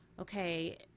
okay